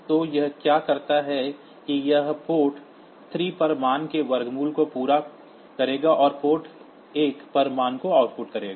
तो यह क्या करता है कि यह पोर्ट 3 पर मान के वर्गमूल को पूरा करेगा और पोर्ट 1 पर मान को आउटपुट करेगा